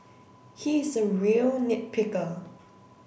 he is a real nit picker